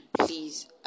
please